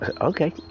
Okay